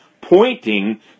pointing